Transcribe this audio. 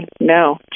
No